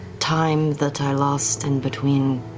time that i lost in between,